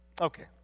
Okay